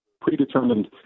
predetermined